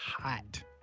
Hot